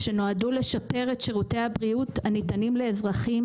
שנועדו לשפר את שירותי הבריאות הניתנים לאזרחים